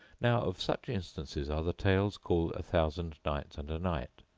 now of such instances are the tales called a thousand nights and a night,